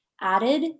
added